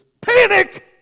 Panic